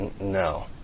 No